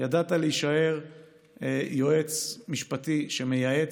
ידעת להישאר יועץ משפטי שמייעץ,